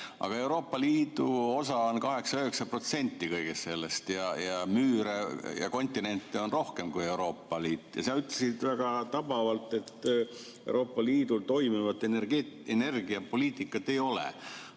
Aga Euroopa Liidu osa on 8–9% kõigest sellest, kontinente on rohkem kui Euroopa Liit. Sa ütlesid väga tabavalt, et Euroopa Liidul toimivat energiapoliitikat ei ole.